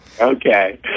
Okay